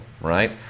right